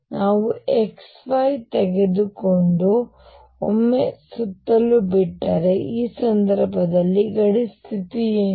ಈಗ ನಾನು x y ತೆಗೆದುಕೊಂಡು ಒಮ್ಮೆ ಸುತ್ತಲು ಬಿಟ್ಟರೆ ಈ ಸಂದರ್ಭದಲ್ಲಿ ಗಡಿ ಸ್ಥಿತಿ ಏನು